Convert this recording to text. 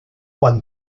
juan